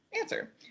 Answer